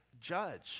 judge